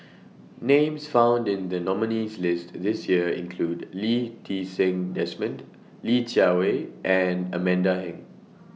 Names found in The nominees' list This Year include Lee Ti Seng Desmond Li Jiawei and Amanda Heng